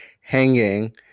hanging